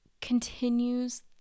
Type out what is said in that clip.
continues